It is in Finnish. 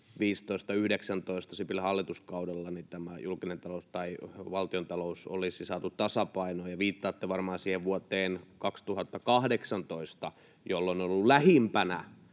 15—19, Sipilän hallituskaudella, tämä julkinen talous tai valtiontalous olisi saatu tasapainoon. Viittaatte varmaan siihen vuoteen 2018, jolloin on ollut lähimpänä